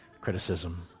criticism